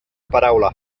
paraula